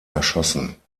erschossen